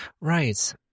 Right